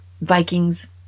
Vikings